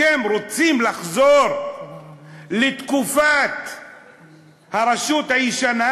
אתם רוצים לחזור לתקופת הרשות הישנה,